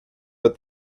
but